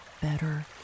better